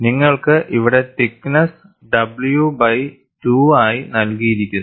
നിങ്ങൾക്ക് ഇവിടെ thickness W by 2 ആയി നൽകിയിരിക്കുന്നു